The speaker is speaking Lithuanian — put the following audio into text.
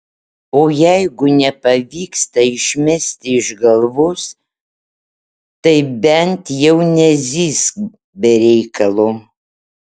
o jeigu nepavyksta išmesti iš galvos tai bent jau nezyzk be reikalo